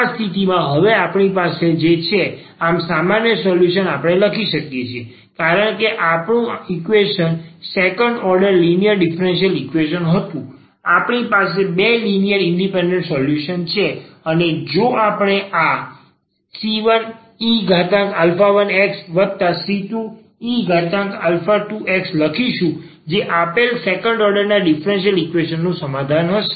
આ સ્થિતિમાં હવે આપણી પાસે જે છે આમ સામાન્ય સોલ્યુશન આપણે લખી શકીએ છીએ કારણ કે આપણું equation second order linear differential equation હતું આપણી પાસે બે લિનિયર ઇન્ડિપેન્ડન્ટ સોલ્યુશન છે અને જો આપણે આ c1e1xc2e2x લખીશું જે આપેલ સેકન્ડ ઓર્ડરના ડીફરન્સીયલ ઈક્વેશન નું સામાન્ય ઉપાય હશે